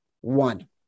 one